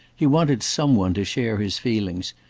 he wanted some one to share his feelings,